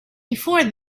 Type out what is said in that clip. before